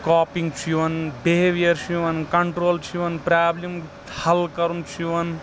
coping چھُ یِوان behaviour چھُ یِوان کنٹرول چھُ یِوان پرٛابلِم حل کرُن چھُ یِوان